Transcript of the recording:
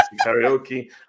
karaoke